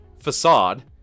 facade